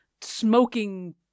smoking